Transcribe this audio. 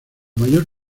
mayor